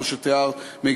כמו שתיארת,